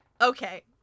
Okay